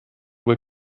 will